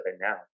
now